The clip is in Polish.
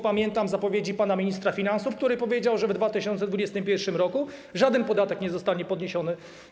Pamiętam zapowiedzi pana ministra finansów, który powiedział, że w 2021 r. żaden podatek nie zostanie podniesiony.